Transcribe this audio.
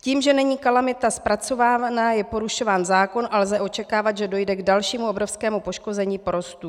Tím, že není kalamita zpracovávaná, je porušován zákon a lze očekávat, že dojde k dalšímu obrovskému poškození porostů.